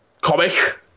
comic